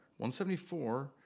174